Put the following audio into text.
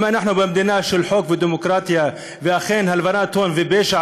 אם אנחנו במדינה של חוק ודמוקרטיה ואכן הלבנת הון ופשע,